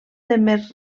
demersals